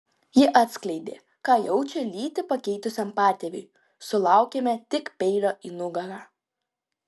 ji atskleidė ką jaučia lytį pakeitusiam patėviui sulaukėme tik peilio į nugarą